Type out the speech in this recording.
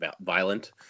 violent